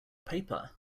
paper